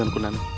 and woman.